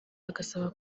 bagasaba